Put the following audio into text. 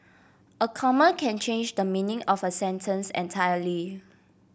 a comma can change the meaning of a sentence entirely